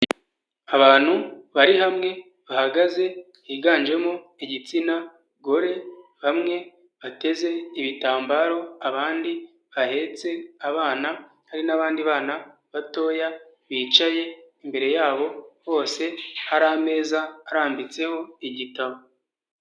Abantu bari hamwe bahagaze higanjemo igitsina gore, bamwe bateze ibitambaro, abandi bahetse abana, hari n'abandi bana batoya bicaye imbere yabo, hose hari ameza arambitseho igitabo.